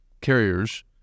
carriers